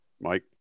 Mike